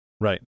Right